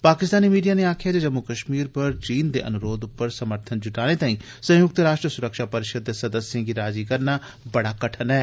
Pakistani media नै आक्खेया ऐ जे जम्मू कश्मीर पर चीन दे अन्रोध पर समर्थन जुटाने तांई संयुक्त राष्ट्र सुरक्षा परिषद दे सदस्यें गी राज़ी करना बड़ा कठन ऐ